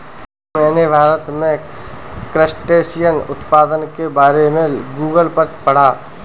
मैंने भारत में क्रस्टेशियन उत्पादन के बारे में गूगल पर पढ़ा